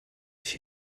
się